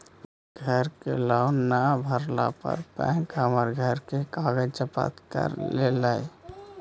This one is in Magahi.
घर के लोन न भरला पर बैंक हमर घर के कागज जब्त कर लेलई